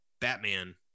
Batman